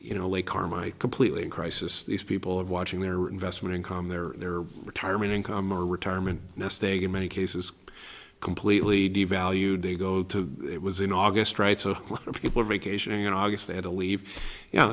you know les carmike completely in crisis these people of watching their investment income their their retirement income or retirement nest egg in many cases completely devalued they go to it was in august right so when people vacationing in august they had to leave you know